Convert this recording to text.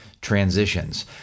transitions